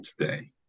today